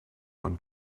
von